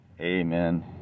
Amen